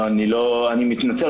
אני מתנצל,